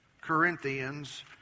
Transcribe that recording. Corinthians